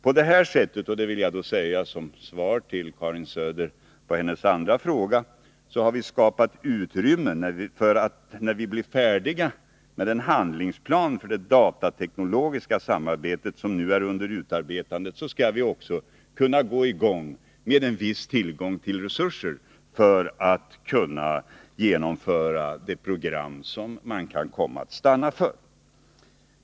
På det sättet — och det vill jag säga som svar till Karin Söder på hennes andra fråga — har vi skapat ett utrymme för att, när vi blir färdiga med den handlingsplan för det datateknologiska samarbetet som nu är under utarbetande, också kunna fortsätta med en viss tillgång till resurser för att kunna genomföra det program som vi kan komma att stanna för.